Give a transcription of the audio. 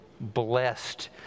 blessed